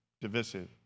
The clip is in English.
divisive